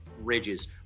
Ridges